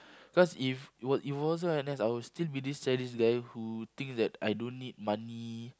cause if it wa~ it wasn't for N_S I will still be this sadist guy who thinks that I don't need money